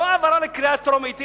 לא העברה בקריאה טרומית,